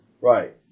Right